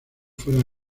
fueron